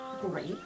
great